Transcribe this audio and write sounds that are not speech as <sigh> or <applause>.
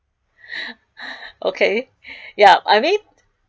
<laughs> okay yup I mean